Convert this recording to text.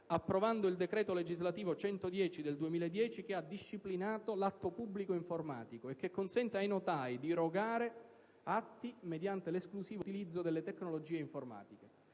approvando il decreto legislativo 2 luglio 2010, n. 110, che ha disciplinato l'atto pubblico informatico che consente ai notai di erogare atti mediante l'esclusivo utilizzo delle tecnologie informatiche.